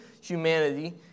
humanity